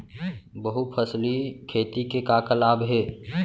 बहुफसली खेती के का का लाभ हे?